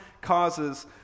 causes